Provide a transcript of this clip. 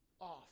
off